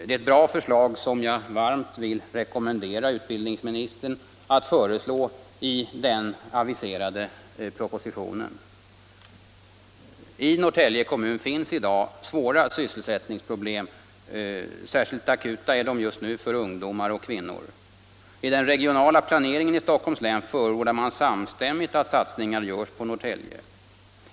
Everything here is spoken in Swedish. Det är ett bra förslag som jag varmt vill rekommendera utbildningsministern att ta upp i den aviserade propositionen. I Norrtälje kommun finns i dag svåra sysselsättningsproblem. Särskilt akuta är de för ungdomar och kvinnor. I den regionala planeringen i Stockholms län förordar man samstämmigt att satsningar görs på Norrtälje.